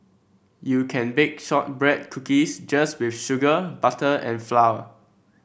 you can bake shortbread cookies just with sugar butter and flour